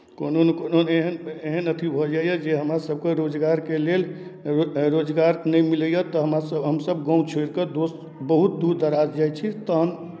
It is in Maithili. कोनो नहि कोनो एहन एहन अथि भऽ जाइए जे हमरासभके रोजगारके लेल रो रोजगार नहि मिलैए तऽ हमरासभ हमसभ गाँव छोड़ि कऽ दोसर बहुत दूर दराज जाइ छी तहन